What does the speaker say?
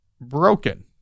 broken